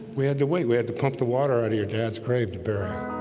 we had to wait. we had to pump the water out of your dad's grave to burrow